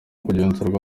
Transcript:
kugenzurwa